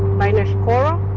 minoscoro.